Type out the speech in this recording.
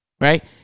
Right